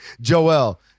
Joel